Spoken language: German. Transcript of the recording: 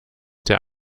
der